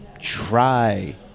try